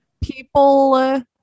people